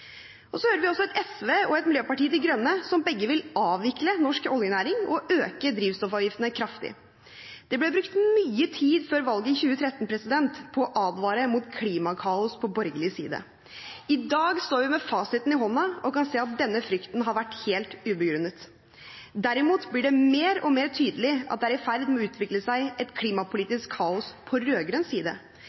ned. Så hører vi også et SV og et Miljøparti De Grønne som begge vil avvikle norsk oljenæring og øke drivstoffavgiftene kraftig. Det ble brukt mye tid før valget i 2013 på å advare mot klimakaos på borgerlig side. I dag står vi med fasiten i hånden og kan si at denne frykten har vært ubegrunnet. Derimot blir det mer og mer tydelig at det er i ferd med å utvikle seg et klimapolitisk kaos på rød-grønn side,